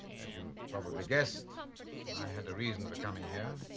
as you probably guessed i had a reason for coming here.